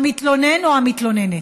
המתלונן או המתלוננת.